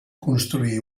construir